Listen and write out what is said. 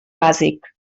bàsic